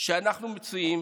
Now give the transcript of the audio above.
שאנחנו מצויים